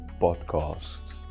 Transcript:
podcast